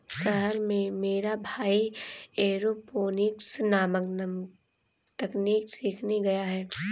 शहर में मेरा भाई एरोपोनिक्स नामक तकनीक सीखने गया है